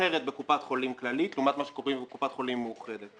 אחרת בקופת חולים כללית לעומת מה שקורה בקופת חולים מאוחדת.